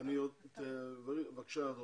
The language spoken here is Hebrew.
אני רוצה להתחיל במשרד לביטחון פנים,